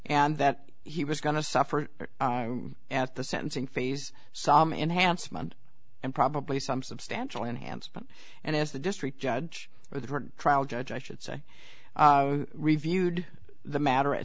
and that he was going to suffer at the sentencing phase some enhancement and probably some substantial enhancement and as the district judge the trial judge i should say reviewed the matter at